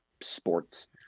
sports